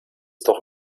doch